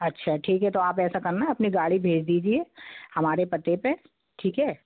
अच्छा ठीक है तो आप ऐसा करना अपनी गाड़ी भेज दीजिए हमारे पते पर ठीक है